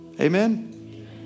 Amen